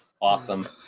Awesome